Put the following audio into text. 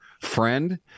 friend